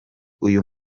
uyu